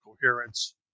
coherence